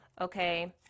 Okay